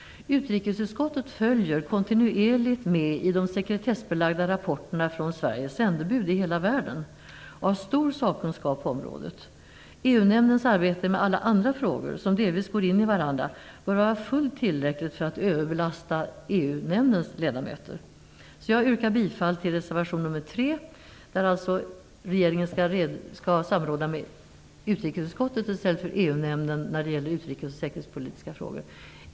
Utrikesutskottet följer kontinuerligt med i de sekretessbelagda rapporterna från Sveriges sändebud i hela världen och har stor sakkunskap på området. EU nämndens arbete med alla andra frågor, som delvis går in i varandra, bör vara fullt tillräckligt för att överbelasta dess ledamöter. Jag yrkar bifall till reservation nr 3 om att regeringen skall samråda med utrikesutskottet i stället för med EU-nämnden när det gäller utrikes och säkerhetspolitiska frågor.